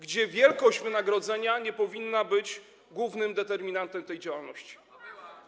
gdzie wielkość wynagrodzenia nie powinna być głównym determinantem tej działalności?